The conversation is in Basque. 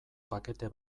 pakete